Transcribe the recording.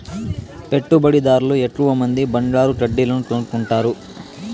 పెట్టుబడిదార్లు ఎక్కువమంది బంగారు కడ్డీలను కొనుక్కుంటారు